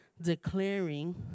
declaring